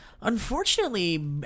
unfortunately